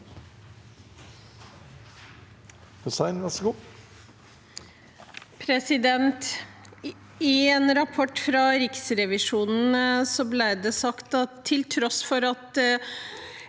I en rapport fra Riksrevisjonen ble det sagt at til tross for et